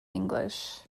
english